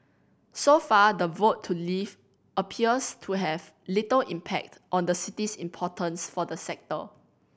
so far the vote to leave appears to have little impact on the city's importance for the sector